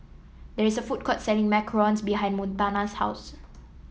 there is a food court selling macarons behind Montana's house